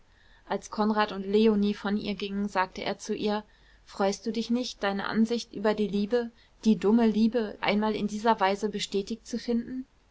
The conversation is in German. als konrad und leonie von ihr gingen sagte er zu ihr freust du dich nicht deine ansicht über die liebe die dumme liebe einmal in dieser weise bestätigt zu finden